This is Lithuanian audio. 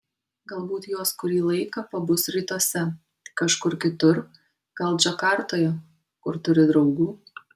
galbūt jos kurį laiką pabus rytuose tik kažkur kitur gal džakartoje kur turi draugų